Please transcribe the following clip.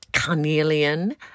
carnelian